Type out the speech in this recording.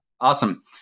Awesome